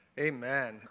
Amen